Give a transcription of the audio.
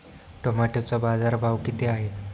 टोमॅटोचा बाजारभाव किती आहे?